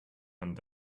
and